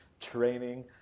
training